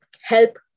help